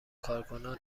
کارکنان